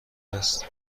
است